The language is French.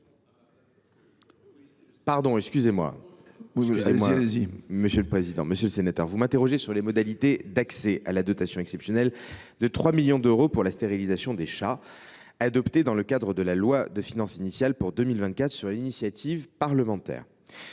parole est à M. le ministre délégué. Monsieur le sénateur Hugonet, vous m’interrogez sur les modalités d’accès à la dotation exceptionnelle de 3 millions d’euros pour la stérilisation des chats, adoptée dans le cadre de la loi de finances initiale pour 2024, sur une initiative parlementaire.